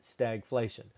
stagflation